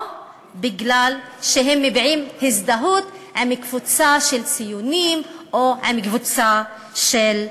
או מפני שהם מביעים הזדהות עם קבוצה של ציונים או עם קבוצה של יהודים?